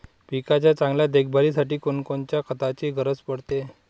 पिकाच्या चांगल्या देखभालीसाठी कोनकोनच्या खताची गरज पडते?